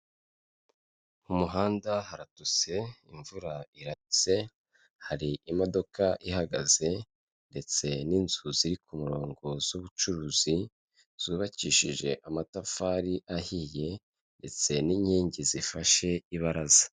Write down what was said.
Mu muhanda haratose imvura irahise, hari imodoka ihagaze ndetse n'inzu ziri ku murongo z'ubucuruzi zubakishije amatafari ahiye ndetse n'inkingi zifashe ibaraza.